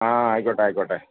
ആ ആയിക്കോട്ടെ ആയിക്കോട്ടെ